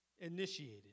initiated